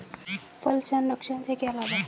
फल संरक्षण से क्या लाभ है?